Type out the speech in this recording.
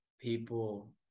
people